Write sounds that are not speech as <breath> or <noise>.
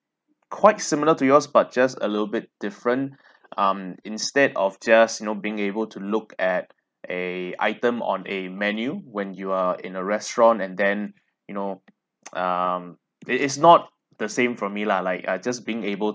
quite similar to yours but just a little bit different <breath> um instead of just you know being able to look at a item on a menu when you are in a restaurant and then you know <noise> um it is not the same from me lah like I just being able